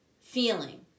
feeling